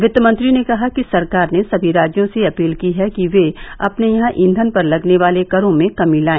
वित्त मंत्री ने कहा कि सरकार ने सभी राज्यों से अपील की है कि वह अपने यहां ईंधन पर लगने वाले करों में कमी लाए